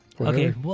Okay